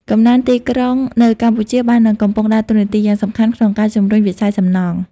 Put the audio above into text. កំណើនទីក្រុងនៅកម្ពុជាបាននិងកំពុងដើរតួនាទីយ៉ាងសំខាន់ក្នុងការជំរុញវិស័យសំណង់។